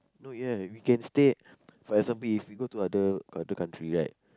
no ya we can stay for example if we go to other country right